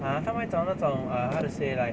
uh 他们会找那种 err how to say like